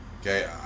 okay